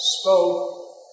spoke